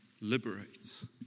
liberates